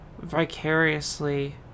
vicariously